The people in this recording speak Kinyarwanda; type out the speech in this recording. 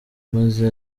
maze